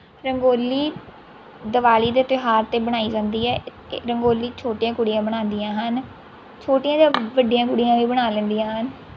ਰੰਗੋਲੀ ਦਿਵਾਲੀ ਦੇ ਤਿਉਹਾਰ 'ਤੇ ਬਣਾਈ ਜਾਂਦੀ ਹੈ ਰੰਗੋਲੀ ਛੋਟੀਆਂ ਕੁੜੀਆਂ ਬਣਾਉਂਦੀਆਂ ਹਨ ਛੋਟੀਆਂ ਜਾਂ ਵੱਡੀਆਂ ਕੁੜੀਆਂ ਵੀ ਬਣਾ ਲੈਦੀਆਂ ਹਨ